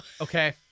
Okay